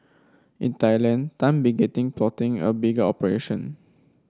in Thailand Tan plotting a bigger operation